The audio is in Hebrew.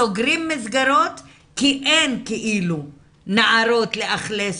סוגרים מסגרות כי כאילו אין נערות לאלכס אותן,